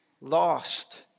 Lost